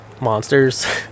monsters